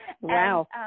Wow